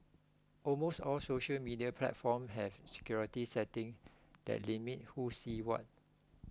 almost all social media platform have security setting that limit who sees what